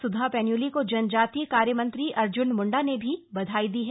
सुधा पेन्ली को जनजातीय कार्य मंत्री अर्जुन मुंडा ने भी बधाई दी है